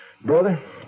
Brother